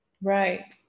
Right